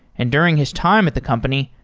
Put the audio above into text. and during his time at the company,